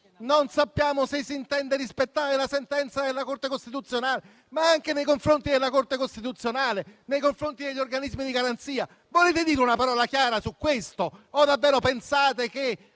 non sappiamo se si intende rispettare la sentenza della Corte costituzionale. Anche nei confronti della Corte costituzionale e degli organismi di garanzia, volete dire una parola chiara su questo o davvero pensate che